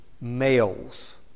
males